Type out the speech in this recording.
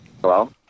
Hello